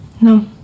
No